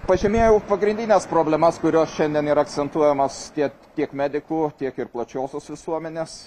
pažymėjau pagrindines problemas kurios šiandien yra akcentuojamos tiek tiek medikų tiek ir plačiosios visuomenės